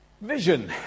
Vision